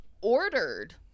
ordered